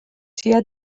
tua